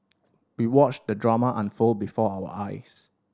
we watched the drama unfold before our eyes